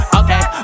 okay